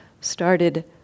started